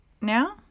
now